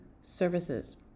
services